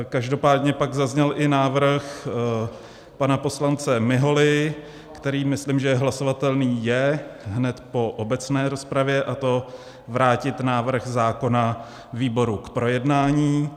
Každopádně pak zazněl i návrh pana poslance Miholy, který, myslím, hlasovatelný je hned po obecné rozpravě, a to vrátit návrh zákona výboru k projednání.